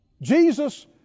Jesus